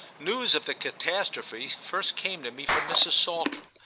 news of the catastrophe first came to me from mrs. saltram,